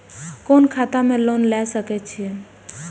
कोन खाता में लोन ले सके छिये?